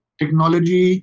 technology